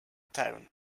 town